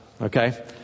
Okay